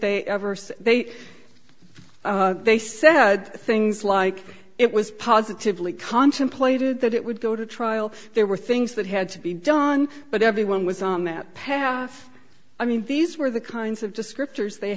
they ever said they they said things like it was positively contemplated that it would go to trial there were things that had to be done but everyone was on that path i mean these were the kinds of descriptors they